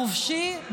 חופשי,